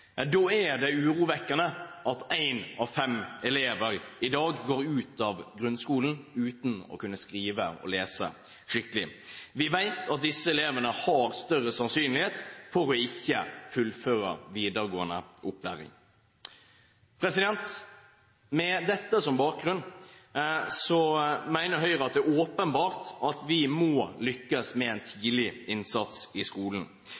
Da er det urovekkende at én av fem elever i dag går ut av grunnskolen uten å kunne skrive og lese skikkelig. Vi vet at når det gjelder disse elevene, er det større sannsynlighet for at de ikke fullfører videregående opplæring. Med dette som bakgrunn mener Høyre at det er åpenbart at vi må lykkes med tidlig innsats i skolen.